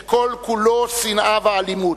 שכל-כולו שנאה ואלימות.